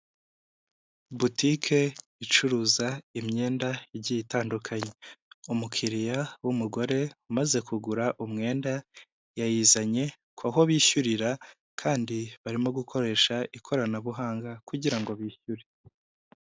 Butike icuruza imyenda igiye itandukanye, umukiriya w'umugore umaze kugura umwenda yayizanye ku aho bishyurira kandi barimo gukoresha ikoranabuhanga kugira ngo bishyure.